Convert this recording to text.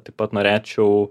taip pat norėčiau